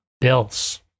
bills